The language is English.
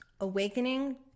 awakening